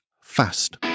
Fast